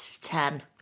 Ten